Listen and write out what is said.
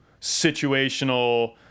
situational